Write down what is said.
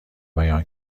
بیان